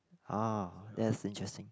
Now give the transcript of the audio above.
ah that's interesting